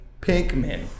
Pinkman